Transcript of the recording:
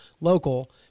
local